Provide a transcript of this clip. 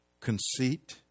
conceit